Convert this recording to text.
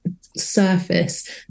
surface